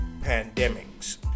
pandemics